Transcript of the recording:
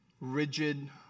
rigid